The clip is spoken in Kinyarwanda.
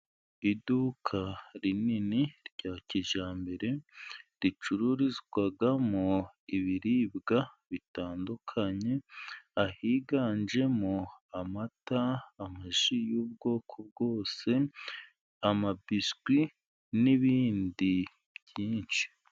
Iduka rinini rya kijyambere ricururizwamo ibiribwa bitandukanye, ahiganjemo amata, amaji y'ubwoko bwose, amabiskwi, n'ibindi byinshi.